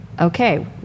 okay